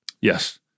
Yes